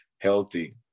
healthy